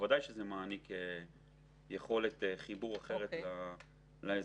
בוודאי שזה מעניק יכולת חיבור אחרת לאזרחות.